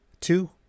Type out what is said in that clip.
Two